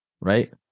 right